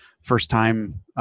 first-time